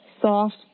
soft